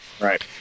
Right